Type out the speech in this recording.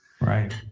Right